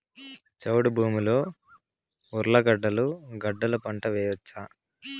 చౌడు భూమిలో ఉర్లగడ్డలు గడ్డలు పంట వేయచ్చా?